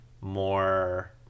more